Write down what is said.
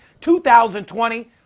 2020